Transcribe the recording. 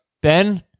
Ben